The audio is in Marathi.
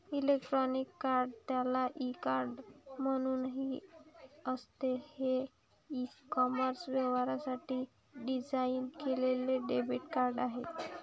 इलेक्ट्रॉनिक कार्ड, ज्याला ई कार्ड म्हणूनही असते, हे ई कॉमर्स व्यवहारांसाठी डिझाइन केलेले डेबिट कार्ड आहे